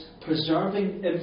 preserving